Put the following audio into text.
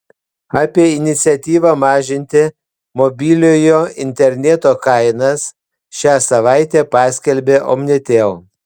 apie iniciatyvą mažinti mobiliojo interneto kainas šią savaitę paskelbė omnitel